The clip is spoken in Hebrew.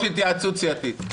אני מבקש התייעצות סיעתית.